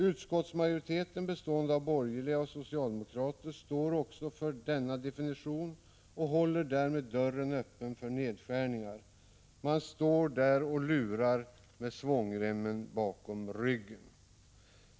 Utskottsmajoriteten, bestående av borgerliga och socialdemokrater, står också för denna definition och håller därmed dörren öppen för nedskärningar. De står där och lurar med svångremmen bakom ryggen.